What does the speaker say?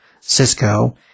Cisco